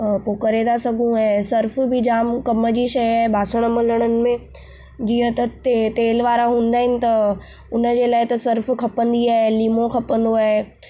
पोइ करे था सघूं ऐं सर्फ बि जाम कमु जी शइ आहे बासण मलणनि में जीअं ते तेल वारा हूंदा आहिनि त हुनजे लाइ त सर्फ खपंदी आहे लीमो खपंदो आहे